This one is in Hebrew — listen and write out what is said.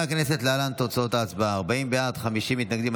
הכנסת, להלן תוצאות ההצבעה: 40 בעד, 50 מתנגדים.